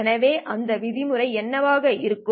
எனவே அந்த விதிமுறைகள் என்னவாக இருக்கும்